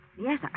yes